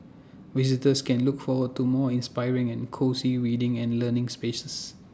visitors can look forward to more inspiring and cosy reading and learnings spaces